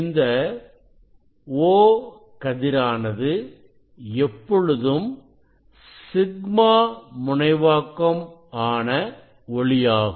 இந்த O கதிரானது எப்பொழுதும் σ முனைவாக்கம் ஆன ஒளியாகும்